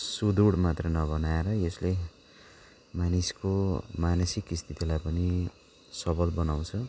सुदृड मात्र नबनाएर यसले मानिसको मानसिक स्थितिलाई पनि सबल बनाउँछ